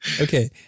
Okay